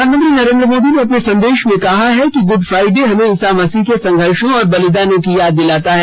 प्रधानमंत्री नरेन्द्र मोदी ने अपने संदेश में कहा है कि गुड फ्राइडे हमें ईसा मसीह के संघर्षो और बलिदानों की याद दिलाता है